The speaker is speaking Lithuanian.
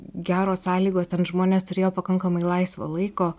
geros sąlygos ten žmonės turėjo pakankamai laisvo laiko